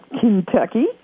Kentucky